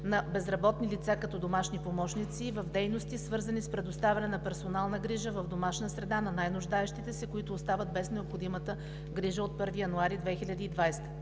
на безработни лица като домашни помощници в дейности, свързани с предоставяне на персонална грижа в домашна среда на най-нуждаещите се, които остават без необходимата грижа от 1 януари 2020